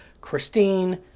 Christine